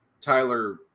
Tyler